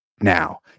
now